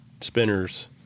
spinners